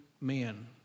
men